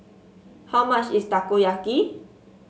how much is Takoyaki